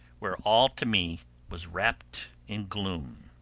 where all to me was wrapt in gloom.